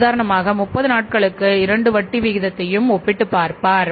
உதாரணமாக 30 நாட்களுக்கு இரண்டு வட்டி விகிதத்தையும் ஒப்பிட்டு பார்ப்பார்